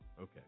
Okay